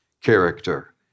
character